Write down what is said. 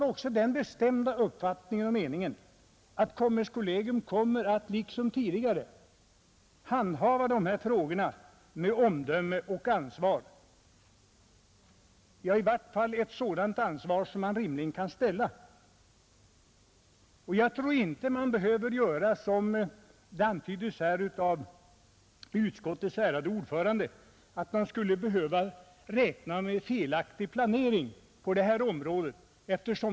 Med den sakkunskap och andra resurser som kommerskollegium har tror jag inte att vi, som antyddes av utskottets ärade ordförande, behöver räkna med felaktig planering på det här området.